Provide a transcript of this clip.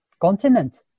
continent